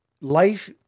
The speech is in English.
Life